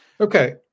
Okay